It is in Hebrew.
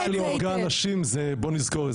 גם מי -- של הורגי אנשים, בוא נזכור.